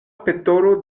petolo